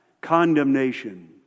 condemnation